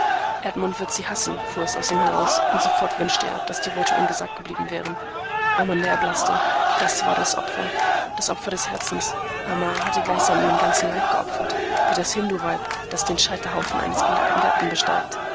edmund wird sie hassen fuhr es aus ihm heraus und sofort wünschte er daß die worte ungesagt geblieben wären amanda erblaßte das war das opfer das opfer des herzens amara hatte gleichsam ihren ganzen leib geopfert wie das hinduweib das den scheiterhaufen eines geliebten gatten besteigt